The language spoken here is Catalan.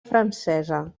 francesa